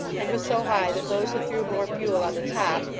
and was so high, that those who threw more fuel on the top,